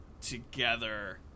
together